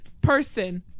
person